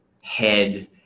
head